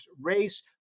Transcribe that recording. race